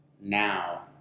now